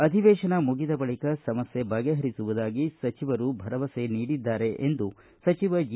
ಅಧಿವೇಶನ ಮುಗಿದ ಬಳಿಕ ಸಮಸ್ಥೆ ಬಗೆಹರಿಸುವುದಾಗಿ ಸಚಿವರು ಭರಮಸೆ ನೀಡಿದ್ದಾರೆ ಎಂದು ಸಚಿವ ಜಿ